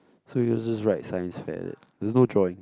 so yours just write science fair is it there's no drawing